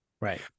Right